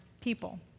people